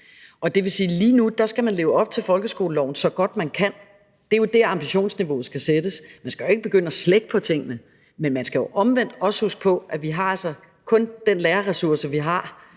Det vil sige, at man lige nu skal leve op til folkeskoleloven så godt, man kan. Det er jo der, ambitionsniveauet skal sættes. Man skal jo ikke begynde at slække på tingene, men man skal omvendt også huske på, at vi altså kun har de lærerressourcer, vi har,